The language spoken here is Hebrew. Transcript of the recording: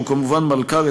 שהוא כמובן מלכ"ר,